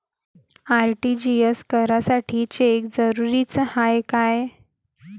RTGS करासाठी cheque जरुरीचा हाय काय?